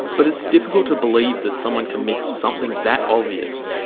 but it's difficult to believe that someone can miss something that obvious.